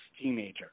teenager